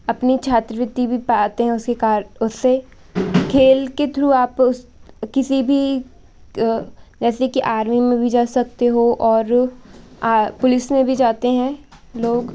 अपनी छात्रवृत्ति भी पाते हैं उसके कारण उससे खेल के थ्रू आप उस किसी भी जैसे की आर्मी में भी जा सकते हो और आ पुलिस में भी जाते हैं लोग